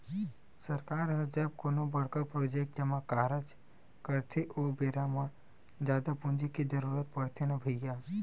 सरकार ह जब कोनो बड़का प्रोजेक्ट म कारज करथे ओ बेरा म जादा पूंजी के जरुरत पड़थे न भैइया